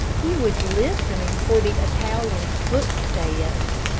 he was listening for the italian's footsteps,